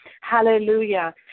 hallelujah